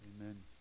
Amen